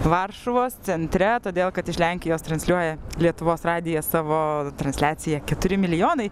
varšuvos centre todėl kad iš lenkijos transliuoja lietuvos radijas savo transliaciją keturi milijonai